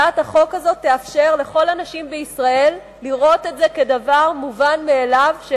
הצעת החוק הזאת תאפשר לכל הנשים בישראל לראות את זה כדבר מובן מאליו,